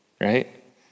right